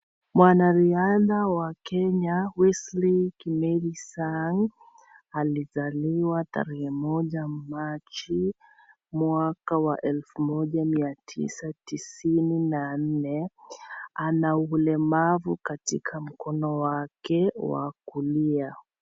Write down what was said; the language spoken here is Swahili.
Mwanariadha wa Kenya Wesley Kimeli Sang alizaliwa tarehe moja Machi mwaka wa elfu moja mia tisa tisini na nne ana ulemavu katika mkono wake wa kulia.